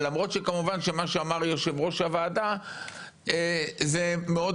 למרות שכמובן מה שאמר יושב-ראש הוועדה זה מאוד